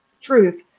truth